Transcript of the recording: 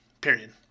period